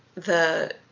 the